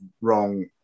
wrong